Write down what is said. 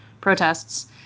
protests